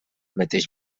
mateix